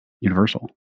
universal